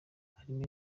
harimo